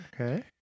Okay